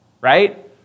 right